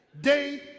Day